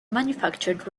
manufactured